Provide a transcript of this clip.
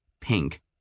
pink